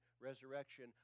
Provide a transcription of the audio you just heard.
resurrection